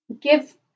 give